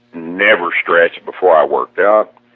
never stretch before i work out.